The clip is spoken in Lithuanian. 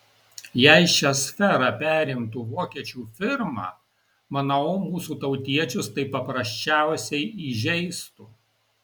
jei šią sferą perimtų vokiečių firma manau mūsų tautiečius tai paprasčiausiai įžeistų